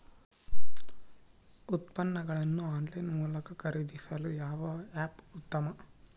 ಉತ್ಪನ್ನಗಳನ್ನು ಆನ್ಲೈನ್ ಮೂಲಕ ಖರೇದಿಸಲು ಯಾವ ಆ್ಯಪ್ ಉತ್ತಮ?